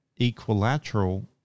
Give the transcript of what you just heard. equilateral